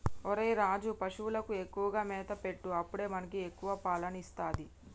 ఒరేయ్ రాజు, పశువులకు ఎక్కువగా మేత పెట్టు అప్పుడే మనకి ఎక్కువ పాలని ఇస్తది